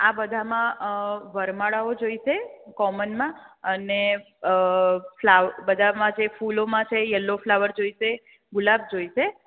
આ બધામાં વરમાળાઓ જોઈસે કોમનમાં અને ફલા બધામાં જે ફૂલો છે યેલો ફ્લાવર જોઈસે ગુલાબ જોઈસે